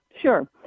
sure